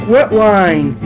Wetline